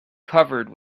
covered